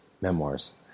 Memoirs